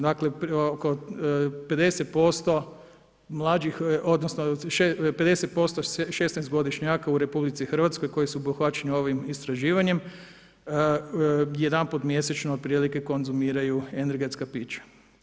Dakle, oko 50% mlađih, odnosno 50% 16-godišnjaka u RH koji su obuhvaćeni ovim istraživanjem jedanput mjesečno otprilike konzumiraju energetska pića.